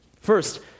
First